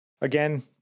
again